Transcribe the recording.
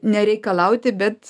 nereikalauti bet